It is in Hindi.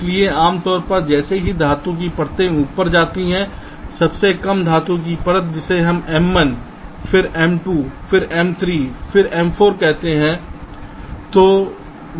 इसलिए आमतौर पर जैसे ही धातु की परतें ऊपर जाती हैं सबसे कम धातु की परत जिसे हम M 1 फिर M 2 फिर M 3 फिर M 4 कहते हैं